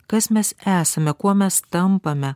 kas mes esame kuo mes tampame